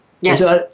Yes